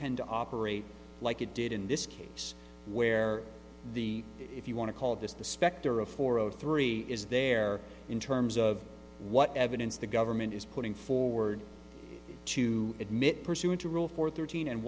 tend to operate like it did in this case where the if you want to call this the specter of four o three is there in terms of what evidence the government is putting forward to admit pursuant to rule four thirteen and